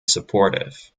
supportive